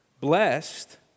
Blessed